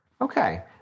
Okay